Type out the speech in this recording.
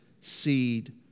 seed